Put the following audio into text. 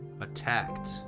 attacked